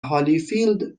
هالیفیلد